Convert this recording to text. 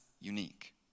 unique